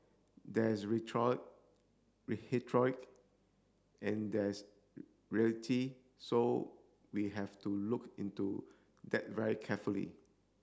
there's rhetoric and there's reality so we have to look into that very carefully